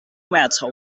matter